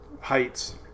heights